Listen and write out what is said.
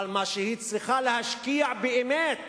אבל במה שהיא צריכה להשקיע באמת